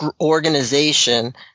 organization